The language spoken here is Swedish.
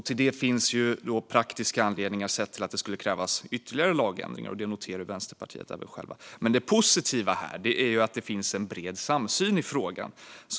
Till detta finns praktiska anledningar - det skulle krävas ytterligare lagändringar - vilket även Vänsterpartiet själva noterar. Men det positiva är att det finns en bred samsyn i frågan.